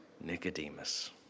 Nicodemus